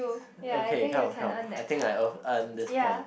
okay come come I think I earn earned this point